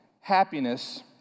Happiness